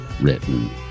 written